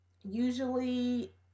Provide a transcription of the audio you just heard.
usually